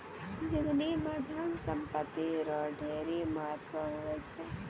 जिनगी म धन संपत्ति रो ढेरी महत्व हुवै छै